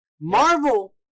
Marvel